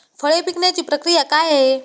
फळे पिकण्याची प्रक्रिया काय आहे?